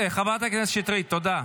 חברת הכנסת שטרית, תודה.